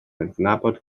adnabod